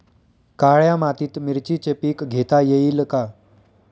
काळ्या मातीत मिरचीचे पीक घेता येईल का?